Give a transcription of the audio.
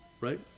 right